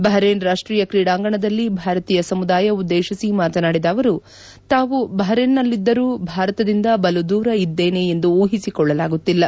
Bahrain ರಾಷ್ಟೀಯ ಕ್ರೀಡಾಂಗಣದಲ್ಲಿ ಭಾರತೀಯ ಸಮುದಾಯ ಉದ್ದೇಶಿಸಿ ಮಾತನಾಡಿದ ಅವರು ತಾವು ಬಹರೇನ್ನಲ್ಲಿದ್ದರೂ ಭಾರತದಿಂದ ಬಲು ದೂರ ಇದ್ದೇನೆ ಎಂದು ಊಹಿಸಿಕೊಳ್ಳಲಾಗುತ್ತಿಲ್ಲ